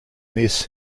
this